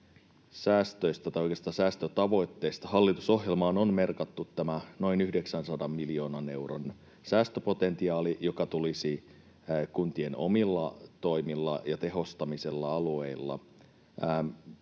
säästötavoitteista. Hallitusohjelmaan on merkattu tämä noin 900 miljoonan euron säästöpotentiaali, joka tulisi kuntien omilla toimilla ja tehostamisella alueilla.